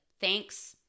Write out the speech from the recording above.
thanks